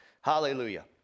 Hallelujah